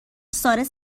سعی